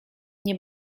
nie